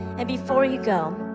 and before you go,